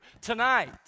tonight